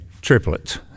triplets